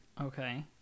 Okay